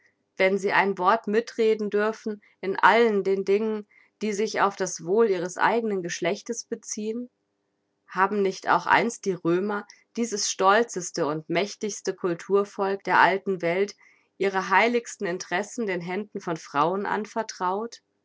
wenn sie ein wort mitreden dürfen in allen den dingen die sich auf das wohl ihres eignen geschlechtes beziehen haben nicht auch einst die römer dieses stolzeste und mächtigste culturvolk der alten welt ihre heiligsten interessen den händen von frauen anvertraut